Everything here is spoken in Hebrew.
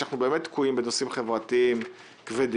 במיוחד כשאנחנו באמת תקועים בנושאים חברתיים כבדים.